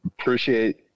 appreciate